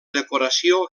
decoració